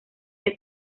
que